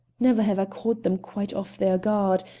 never have i caught them quite off their guard,